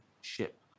ship